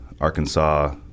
arkansas